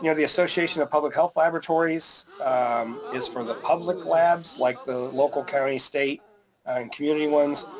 you know the association of public health laboratories is for the public labs like the local, county, state and community ones.